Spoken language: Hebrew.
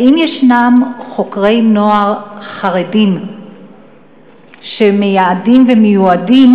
האם יש חוקרי נוער חרדים שמייעדים ומיועדים